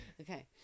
Okay